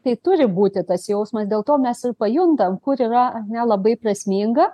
tai turi būti tas jausmas dėl to mes ir pajuntam kur yra nelabai prasminga